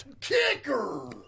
Kicker